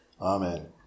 Amen